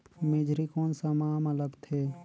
मेझरी कोन सा माह मां लगथे